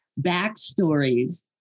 backstories